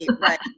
right